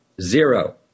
Zero